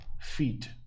feet